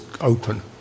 open